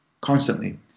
constantly